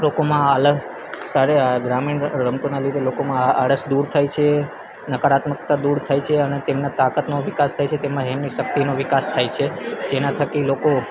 લોકોમાં અલગ સ ગ્રામીણ રમતોના લીધે લોકોમાં આળસ દૂર થાય છે નકારાત્મકતા દૂર થાય છે અને તેમના તાકાતનો વિકાસ થાય છે તેમ જ એમની શક્તિનો વિકાસ થાય છે જેના થકી લોકો